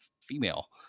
female